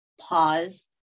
pause